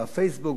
ב"פייסבוק",